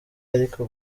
ariko